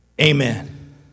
amen